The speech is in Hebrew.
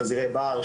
חזירי בר,